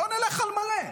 בוא נלך על מלא.